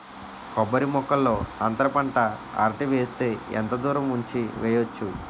కొబ్బరి మొక్కల్లో అంతర పంట అరటి వేస్తే ఎంత దూరం ఉంచి వెయ్యొచ్చు?